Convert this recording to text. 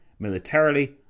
militarily